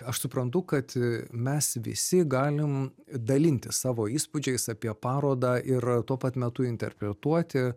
aš suprantu kad mes visi galim dalintis savo įspūdžiais apie parodą ir tuo pat metu interpretuoti